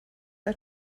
are